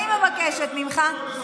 אני מבקשת ממך,